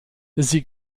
sie